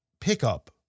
pickup